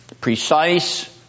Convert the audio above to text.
Precise